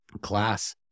class